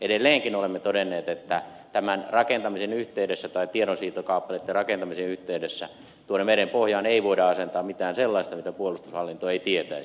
edelleenkin olemme todenneet että tämän rakentamisen yhteydessä tai tiedonsiirtokaapeleitten rakentamisen yhteydessä tuonne meren pohjaan ei voida asentaa mitään sellaista mistä puolustushallinto ei tietäisi